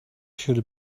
should